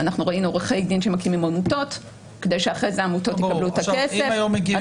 ראינו עורכי דין שמקימים עמותות כדי שאחרי זה העמותות יקבלו את הכסף,